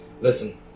Listen